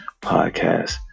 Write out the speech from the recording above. Podcast